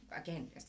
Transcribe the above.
again